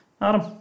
Adam